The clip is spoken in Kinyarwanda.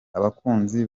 abakunzi